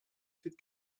cette